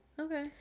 Okay